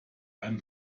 eine